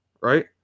Right